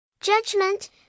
Judgment